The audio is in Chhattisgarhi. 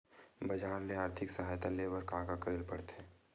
बजार ले आर्थिक सहायता ले बर का का करे ल पड़थे?